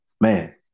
Man